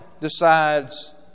decides